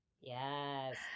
Yes